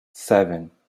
seven